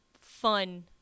fun